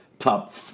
Top